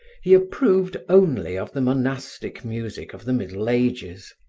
he approved only of the monastic music of the middle ages,